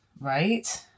right